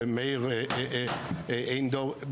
ומאיר אינדור אמר,